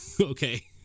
Okay